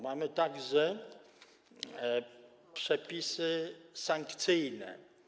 Mamy także przepisy sankcyjne.